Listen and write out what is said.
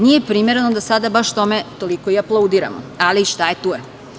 Nije primereno da sada baš tome toliko i aplaudiramo, ali šta je, tu je.